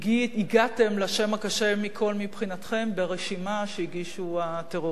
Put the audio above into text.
כשהגעתם לשם הקשה מכול מבחינתכם ברשימה שהגישו הטרוריסטים.